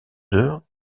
heures